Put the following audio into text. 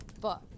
book